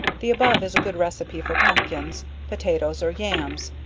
the above is a good receipt for pompkins, potatoes or yams,